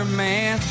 man